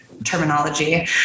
Terminology